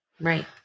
Right